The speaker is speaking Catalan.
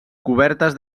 cobertes